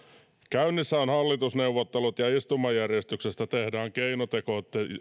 käynnissä ovat hallitusneuvottelut ja istumajärjestyksestä tehdään keinotekoisesti